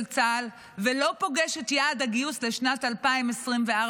צה"ל ולא פוגש את יעד הגיוס לשנת 2024,